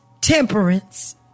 temperance